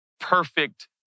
perfect